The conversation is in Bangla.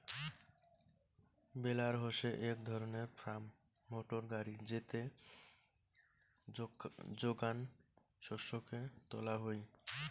বেলার হসে এক ধরণের ফার্ম মোটর গাড়ি যেতে যোগান শস্যকে তোলা হই